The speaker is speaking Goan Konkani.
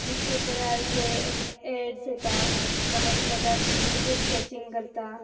न्यूजपेपरार जे एड्स येता कॉमर्शियल येता तेजेर स्कॅचिंग करता